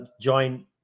join